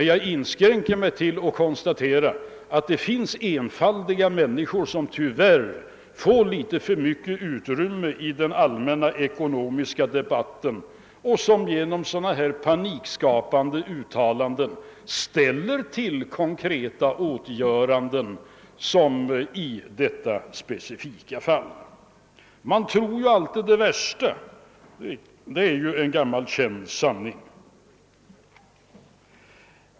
Jag inskränker mig till att konstatera att det finns enfaldiga människor som tyvärr får litet för stort utrymme i den allmänna ekonomiska debatten och som genom Ppanikskapande uttalanden kan förorsaka konkreta åtgöranden. Man tror ju alltid det värsta — det är en gammal känd sanning.